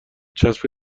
چسب